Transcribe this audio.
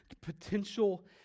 potential